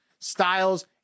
styles